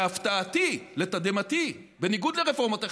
להפתעתי, לתדהמתי, בניגוד לרפורמות אחרות,